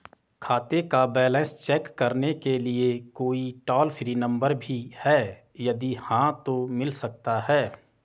खाते का balance check करने के लिए कोई टॉल फ्री नम्बर भी है यदि हाँ तो मिल सकता है?